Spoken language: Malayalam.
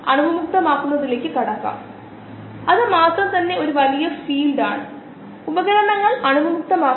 ATP രൂപപ്പെടുന്നതിലേക്ക് നയിക്കുന്ന ഊർജ്ജ സ്രോതസ്സുകളും മറ്റും അത് കാർബൺ ഉറവിടത്തിന് തുല്യമാകാം അല്ലെങ്കിൽ അത് വ്യത്യസ്തമായിരിക്കും